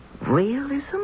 Realism